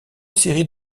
série